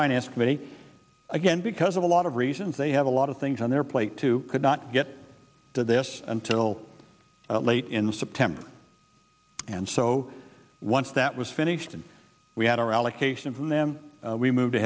finance committee again because of a lot of reasons they have a lot of things on their plate too could not get to this until late in the september and so once that was finished and we had our allocation from them we move